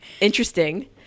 Interesting